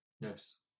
Yes